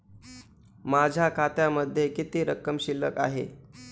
माझ्या खात्यामध्ये किती रक्कम शिल्लक आहे?